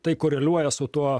tai koreliuoja su tuo